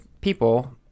people